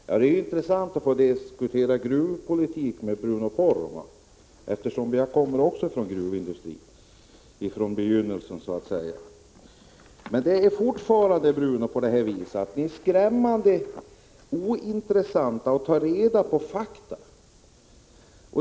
Herr talman! Det är intressant att få diskutera gruvpolitik med Bruno Poromaa, eftersom också jag kommer från gruvindustrin — från begynnelsen så att säga. Fortfarande är ni skrämmande ointresserade av att ta reda på fakta.